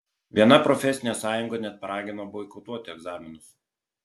viena profesinė sąjunga net paragino boikotuoti egzaminus